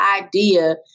idea